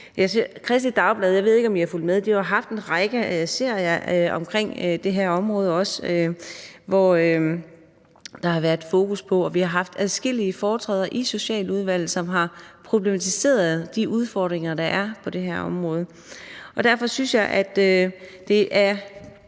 fulgt med – har også haft en række serier om det her område, hvor der har været fokus på det, og vi har haft adskillige foretræder i Socialudvalget, som har problematiseret de udfordringer, der er på det her område. Derfor synes jeg, at det er